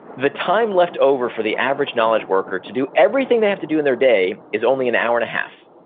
the time left over for the average knowledge worker to do everything they have to do in their day is only an hour and half.